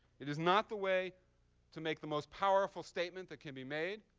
it is not the way to make the most powerful statement that can be made.